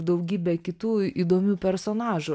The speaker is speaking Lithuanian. daugybė kitų įdomių personažų